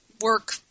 work